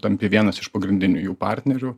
tampi vienas iš pagrindinių jų partnerių